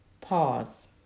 Pause